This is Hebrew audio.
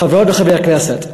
חברות וחברי הכנסת,